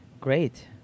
Great